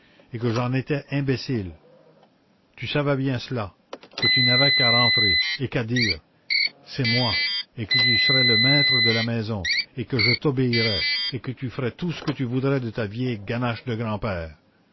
et que j'en étais imbécile tu savais bien cela que tu n'avais qu'à rentrer et qu'à dire c'est moi et que tu serais le maître de la maison et que je t'obéirais et que tu ferais tout ce que tu voudrais de ta vieille ganache de grand-père